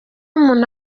umuntu